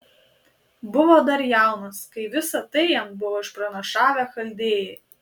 buvo dar jaunas kai visa tai jam buvo išpranašavę chaldėjai